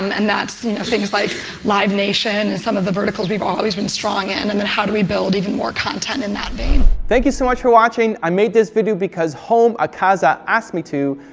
um and that's things like live nation and some of the verticals we've always been strong in, and and then how do we build even more content in that vein. thank you so much for watching. i made this video because home akaza asked me to.